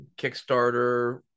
Kickstarter